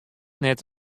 net